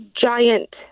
giant